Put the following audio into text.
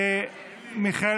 מיכאל